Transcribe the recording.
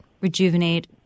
rejuvenate